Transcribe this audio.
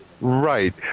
Right